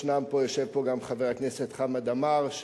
יושב פה גם חבר הכנסת חמד עמאר,